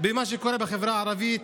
במה שקורה בחברה הערבית,